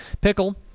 Pickle